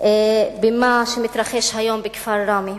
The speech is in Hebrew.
במה שמתרחש היום בכפר ראמה.